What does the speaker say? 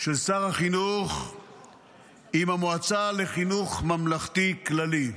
של שר החינוך עם המועצה לחינוך ממלכתי כללי.